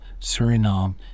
Suriname